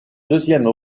deuxième